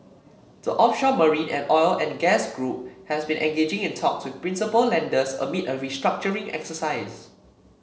the offshore marine and oil and gas group has been engaging in talks with principal lenders amid a restructuring exercise